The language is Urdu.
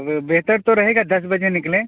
بہتر تو رہے گا دس بجے نکلیں